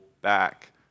back